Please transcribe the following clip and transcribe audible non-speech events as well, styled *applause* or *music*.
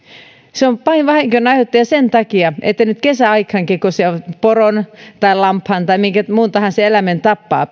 se on pahin vahinkojen aiheuttaja sen takia että nyt kesäaikaankin kun se poron tai lampaan tai minkä muun tahansa eläimen tappaa *unintelligible*